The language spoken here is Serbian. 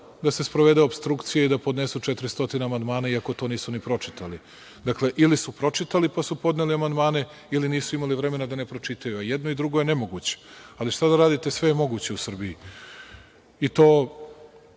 da se sprovede opstrukcija i da podnesu 400 amandmana iako to nisu ni pročitali. Dakle, ili su pročitali pa su podneli amandmane ili nisu imali vremena da ne pročitaju. I, jedno i drugo je nemoguće, ali šta da radite sve je moguće u Srbiji. To